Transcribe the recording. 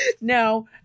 no